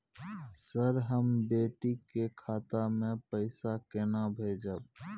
Sir, हम बेटी के खाता मे पैसा केना भेजब?